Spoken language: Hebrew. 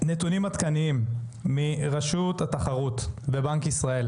נתונים עדכניים מרשות התחרות ובנק ישראל.